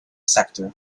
sector